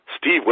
Steve